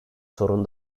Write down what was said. sorun